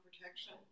protection